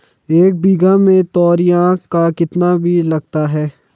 एक बीघा में तोरियां का कितना बीज लगता है?